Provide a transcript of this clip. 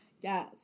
Yes